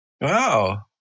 Wow